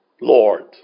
Lord